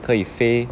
可以飞